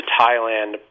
Thailand